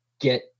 get